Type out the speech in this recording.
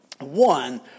One